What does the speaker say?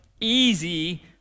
Easy